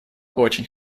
очень